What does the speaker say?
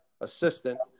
assistant